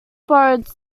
borrowed